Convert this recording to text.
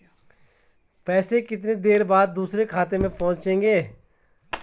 पैसे कितनी देर बाद दूसरे खाते में पहुंचेंगे?